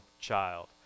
child